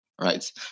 Right